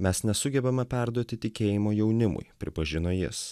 mes nesugebame perduoti tikėjimo jaunimui pripažino jis